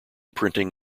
printing